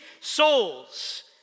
souls